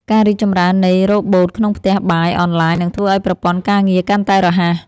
ការរីកចម្រើននៃរ៉ូបូតក្នុងផ្ទះបាយអនឡាញ នឹងធ្វើឱ្យប្រព័ន្ធការងារកាន់តែរហ័ស។